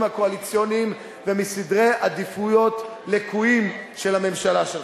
הקואליציוניים ומסדרי עדיפויות לקויים של הממשלה שלך.